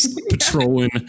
patrolling